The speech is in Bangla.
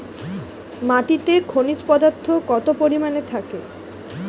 মাটিতে খনিজ পদার্থ কত পরিমাণে থাকে?